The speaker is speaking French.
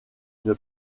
une